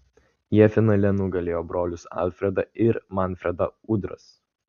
jie finale nugalėjo brolius alfredą ir manfredą udras